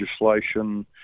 legislation